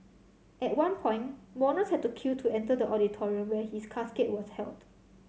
at one point mourners had to queue to enter the auditorium where his casket was held